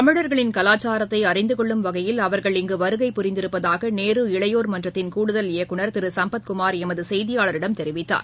தமிழர்களின் கலாச்சாரத்தை அறிந்துகொள்ளும் வகையில் அவர்கள் இங்கு வருகை புரிந்திருப்பதாக நேரு இளையோர் மன்றத்தின் கூடுதல் இயக்குனர் திரு சும்பத் குமார் எமது செய்தியாளரிடம் தெரிவித்தார்